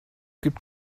gibt